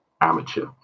amateur